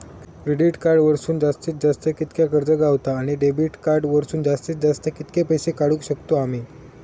Credit card वरसून जास्तीत जास्त कितक्या कर्ज गावता, आणि डेबिट कार्ड वरसून जास्तीत जास्त कितके पैसे काढुक शकतू आम्ही?